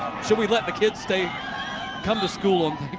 should we let the kids stay come to skal on